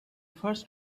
first